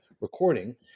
recording